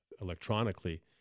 electronically